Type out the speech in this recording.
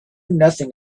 nothing